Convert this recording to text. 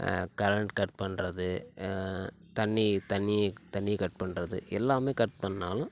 current cut பண்ணுறது தண்ணி தண்ணியை தண்ணியை கட் பண்ணுறது எல்லாமே கட் பண்ணாலும்